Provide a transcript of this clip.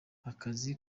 akazi